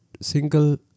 single